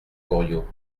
goriot